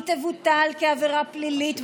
היא תבוטל כעבירה פלילית,